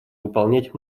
выполнять